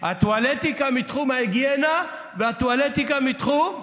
הטואלטיקה מתחום ההיגיינה והטואלטיקה מתחום הטיפוח.